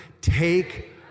Take